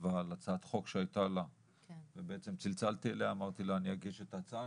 כתבה על הצעת חוק שהייתה לה וצלצלתי אליה ואמרתי לה שאני אגיש את ההצעה,